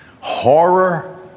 horror